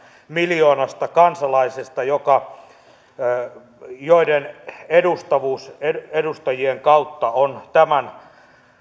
miljoonasta kansalaisesta joiden edustavuus edustajien kautta on tämän